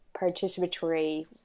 participatory